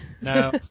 No